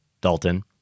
Dalton